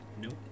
Nope